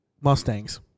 Mustangs